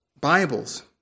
Bibles